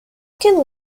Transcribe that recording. can